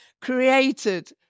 created